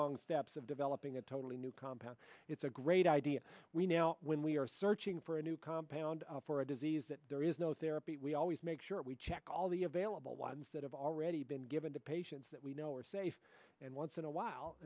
long steps of developing a totally new compound it's a great idea we now when we are searching for a new compound for a disease that there is no therapy we always make sure we check all the available ones that have already been given to patients that we know are safe and once in a while